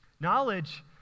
Knowledge